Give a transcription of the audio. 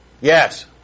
Yes